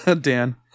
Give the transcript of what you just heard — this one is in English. Dan